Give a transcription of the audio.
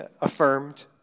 affirmed